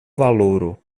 valoro